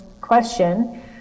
question